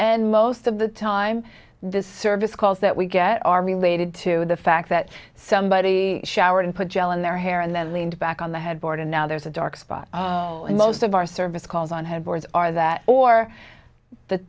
and most of the time this service calls that we get are related to the fact that somebody showered and put gel in their hair and then leaned back on the headboard and now there's a dark spot in most of our service calls on her boards are that or th